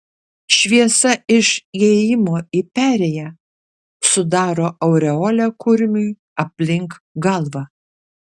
šviesa iš įėjimo į perėją sudaro aureolę kurmiui aplink galvą